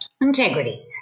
Integrity